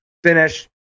finish